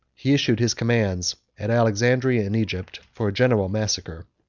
he issued his commands, at alexandria, in egypt for a general massacre.